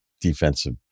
defensive